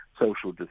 social